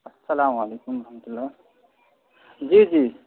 السلام وعلیکم و رحمۃ اللہ جی جی